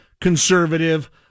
conservative